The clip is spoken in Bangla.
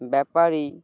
ব্যাপারী